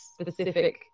specific